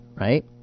Right